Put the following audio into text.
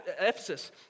Ephesus